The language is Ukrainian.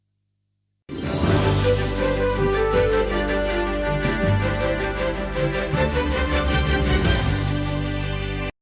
Дякую